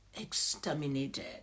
exterminated